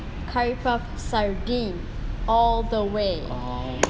curry puff sardine all the way